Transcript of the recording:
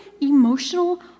emotional